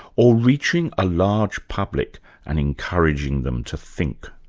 or reaching a large public and encouraging them to think?